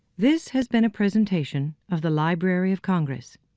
this has been a presentation of the library of congress,